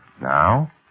Now